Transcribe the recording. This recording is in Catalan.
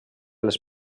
les